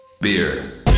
Beer